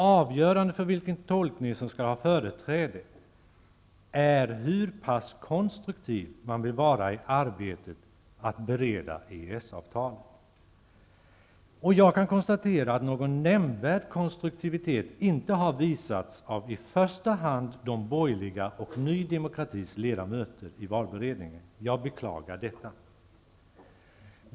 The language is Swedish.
Avgörande för vilken tolkning som skall ha företräde är hur pass konstruktiv man vill vara i arbetet att bereda EES-avtalet. Jag kan konstatera att någon nämnvärd konstruktivitet inte har visats av i första hand de borgerligas och Ny demokratis ledamöter i valberedningen. Jag beklagar detta.